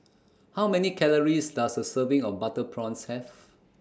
How Many Calories Does A Serving of Butter Prawns Have